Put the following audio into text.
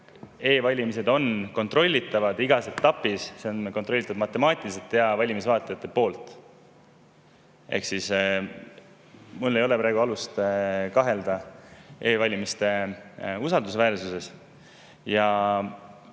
e‑valimised kontrollitavad igas etapis, nad on kontrollitavad matemaatiliselt ja valimisvaatlejate poolt. Ehk mul ei ole praegu alust kahelda e‑valimiste usaldusväärsuses. Selle